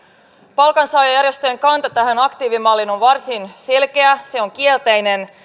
palkansaajajärjestöjen kanta tähän aktiivimalliin on varsin selkeä se on kielteinen